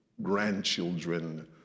grandchildren